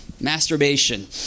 masturbation